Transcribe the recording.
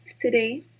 today